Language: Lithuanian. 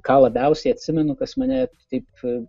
ką labiausiai atsimenu kas mane taip